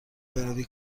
بروی